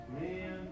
man